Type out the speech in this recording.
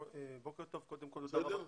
בסדר?